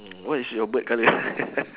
mm what is your bird colour